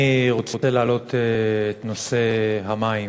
אני רוצה להעלות את נושא המים,